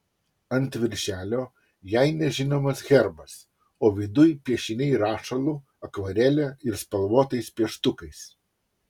ant viršelio jai nežinomas herbas o viduj piešiniai rašalu akvarele ir spalvotais pieštukais